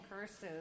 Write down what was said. curses